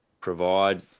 provide